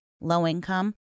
low-income